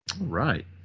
Right